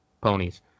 ponies